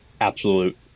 absolute